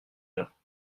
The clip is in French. heure